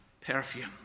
perfume